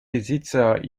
besitzer